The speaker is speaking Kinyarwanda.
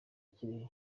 kirehe